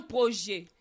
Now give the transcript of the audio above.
projet